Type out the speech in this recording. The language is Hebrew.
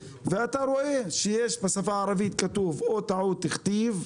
ואתה רואה שבשפה הערבית כתוב או טעות כתיב,